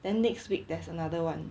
then next week there's another one